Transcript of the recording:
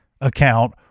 account